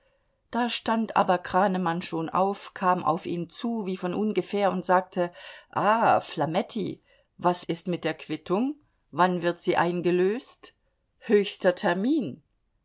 da stand aber kranemann schon auf kam auf ihn zu wie von ungefähr und sagte ah flametti was ist mit der quittung wann wird sie eingelöst höchster termin